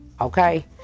Okay